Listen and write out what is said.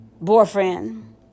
boyfriend